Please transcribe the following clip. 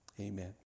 Amen